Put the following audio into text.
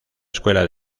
escuela